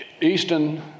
Easton